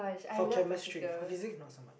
for Chemistry for Physics not so much